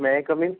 may I come in